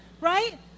right